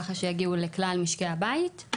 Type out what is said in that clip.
ככה שיגיעו לכלל משקי הבית.